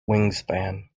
wingspan